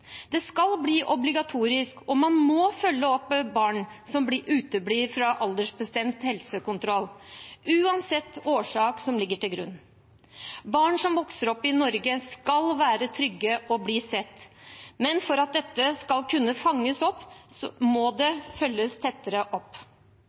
Det skal bli obligatorisk å følge opp barn som uteblir fra aldersbestemte helsekontroller, uansett årsak som ligger til grunn. Barn som vokser opp i Norge, skal være trygge og bli sett, men for at dette skal kunne fanges opp, må det